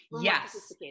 Yes